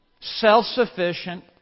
self-sufficient